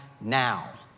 now